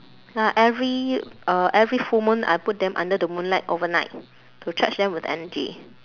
ah every uh every full moon I put them under the moonlight overnight to charge them with energy